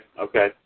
okay